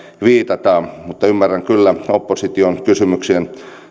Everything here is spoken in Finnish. viitataan mutta ymmärrän kyllä opposition kysymyksien